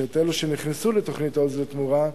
שאת אלה שנכנסו לתוכנית "עוז לתמורה"